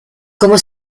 como